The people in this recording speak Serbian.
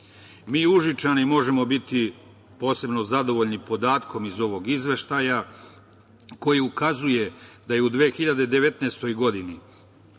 Užičani možemo biti posebno zadovoljni podatkom iz ovog izveštaja koji ukazuje da je u 2019. godini